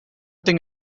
thing